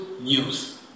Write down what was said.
news